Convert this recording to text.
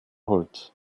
holz